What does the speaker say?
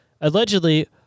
Allegedly